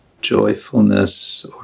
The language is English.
joyfulness